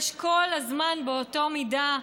יש כל הזמן באותה מידה,